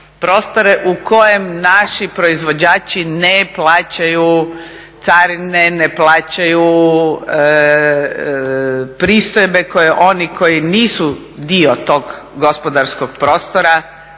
Prostore u kojem naši proizvođači ne plaćaju carine, ne plaćaju pristojbe koje oni koji nisu dio tog gospodarskog prostora